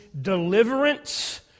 deliverance